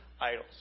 idols